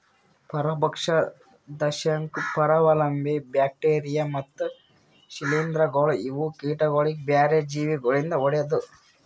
ಪರಭಕ್ಷ, ದಂಶಕ್, ಪರಾವಲಂಬಿ, ಬ್ಯಾಕ್ಟೀರಿಯಾ ಮತ್ತ್ ಶ್ರೀಲಿಂಧಗೊಳ್ ಇವು ಕೀಟಗೊಳಿಗ್ ಬ್ಯಾರೆ ಜೀವಿ ಗೊಳಿಂದ್ ಹೊಡೆದು